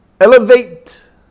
elevate